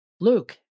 Luke